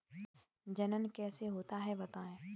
जनन कैसे होता है बताएँ?